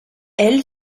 elle